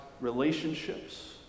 relationships